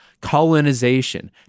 colonization